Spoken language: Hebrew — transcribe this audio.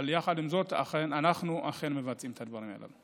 אבל יחד עם זאת, אנחנו אכן מבצעים את הדברים הללו.